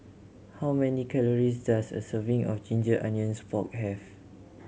how many calories does a serving of ginger onions pork have